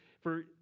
for